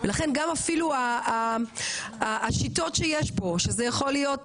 ולכן גם אפילו השיטות שיש פה, שזה יכול להיות